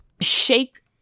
Shake